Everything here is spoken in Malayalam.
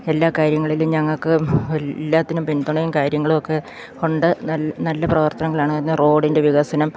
എല്ലാ കാര്യങ്ങളിലും ഞങ്ങ ൾക്ക് എല്ലാത്തിനും പിന്തുണയും കാര്യങ്ങളും ഒക്കെ ഉണ്ട് നല്ല പ്രവർത്തനങ്ങളാണ് ഒന്ന് റോഡിൻ്റെ വികസനം